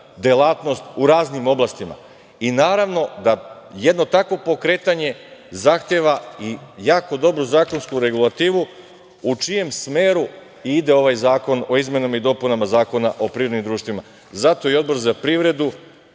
delatnost u raznim oblastima i naravno da jedno takvo pokretanje zahteva i jako dobro zakonsku regulativu u čijem smeru i ide ovaj zakon o izmenama i dopunama Zakona o privrednim društvima. Zato je i Odbor za privredu